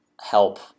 help